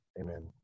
Amen